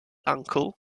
uncle